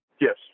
Yes